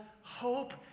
hope